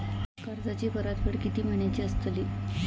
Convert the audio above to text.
कर्जाची परतफेड कीती महिन्याची असतली?